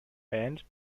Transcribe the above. band